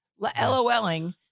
LOLing